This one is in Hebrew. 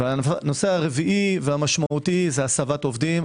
והנושא הרביעי והמשמעותי הוא הסבת עובדים,